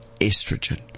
estrogen